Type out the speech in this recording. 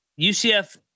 UCF